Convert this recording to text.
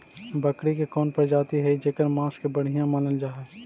बकरी के कौन प्रजाति हई जेकर मांस के बढ़िया मानल जा हई?